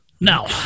Now